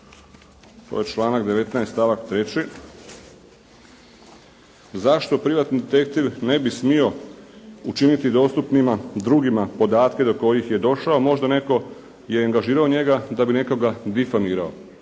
to je članak 19. stavak 3. zašto privatni detektiv ne bi smio učiniti dostupnima drugima podatke do kojih je došao. Možda netko je angažirao njega da bi nekoga difamirao.